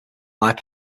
live